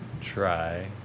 Try